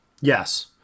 yes